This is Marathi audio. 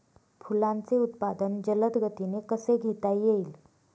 फुलांचे उत्पादन जलद गतीने कसे घेता येईल?